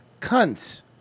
cunts